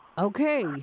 Okay